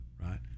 right